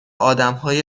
آدمهای